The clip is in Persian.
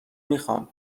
میخوام